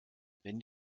wenn